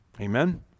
Amen